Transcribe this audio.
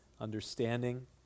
understanding